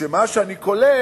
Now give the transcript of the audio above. שממה שאני קולט,